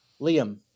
Liam